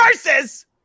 versus